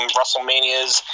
WrestleManias